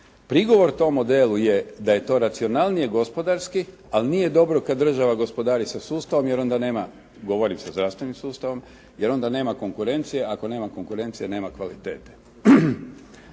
Prigovor tom modelu je da je to racionalnije gospodarski, ali nije dobro kada država gospodari sa sustavom jer onda nema, govorim sa zdravstvenim sustavom